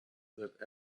that